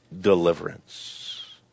deliverance